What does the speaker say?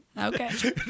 Okay